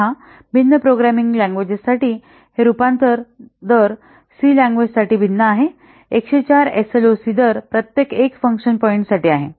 पहा भिन्न प्रोग्रामिंग भाषांसाठी हा रूपांतर दर सी लँग्वेज साठी भिन्न आहे 104 एसएलओसी दर प्रत्येक 1 फंक्शन पॉईंट साठी आहे